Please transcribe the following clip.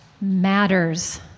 matters